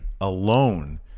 alone